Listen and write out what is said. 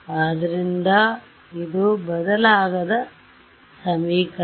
ಆದ್ದರಿಂದ ಇದು ಬದಲಾಗದ ಸಮೀಕರಣ